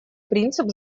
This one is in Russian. принцип